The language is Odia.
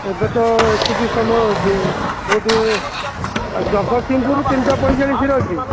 ଏବେ ତ ଏତିକି ସମୟ ଅଛି କେଉଁଠି ଜଗତସିଂହପୁରରୁ ତିନିଟା ପଇଁଚାଳିଶିରେ ଅଛି